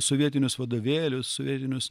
sovietinius vadovėlius sovietinius